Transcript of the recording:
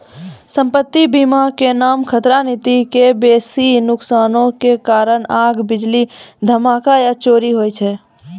सम्पति बीमा के नाम खतरा नीति मे बेसी नुकसानो के कारण आग, बिजली, धमाका या चोरी होय छै